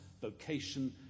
vocation